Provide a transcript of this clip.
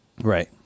right